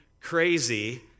crazy